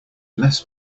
bless